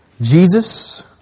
Jesus